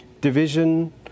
division